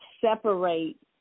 separate